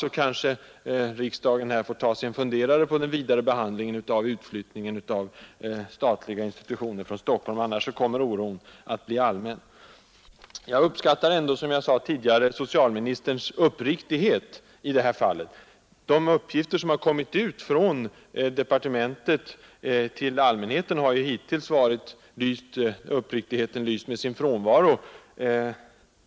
Det bör kanske riksdagen uppmärksamma i samband med den vidare behandlingen av utflyttningen av statliga institutioner från Stockholm, Annars kommer oron att bli allmän. Jag uppskattar ändå, som jag sade tidigare, socialministerns uppriktighet i det här fallet. I de uppgifter, som tidigare kommit ut från kanslihuset till allmänheten, har nämligen uppriktigheten lyst med sin frånvaro.